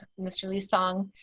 mr. lee-sung.